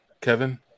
Kevin